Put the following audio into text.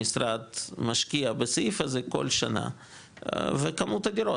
המשרד משקיע בסעיף הזה כל שנה וכמות הדירות,